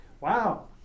wow